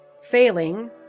failing